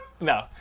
No